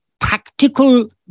practical